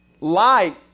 light